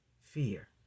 fear